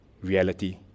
reality